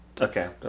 Okay